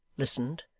listened,